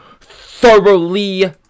thoroughly